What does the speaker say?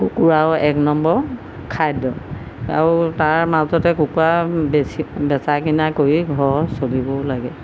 কুকুৰাও এক নম্বৰ খাদ্য আৰু তাৰ মাজতে কুকুৰা বেচি বেচা কিনা কৰি ঘৰ চলিবও লাগে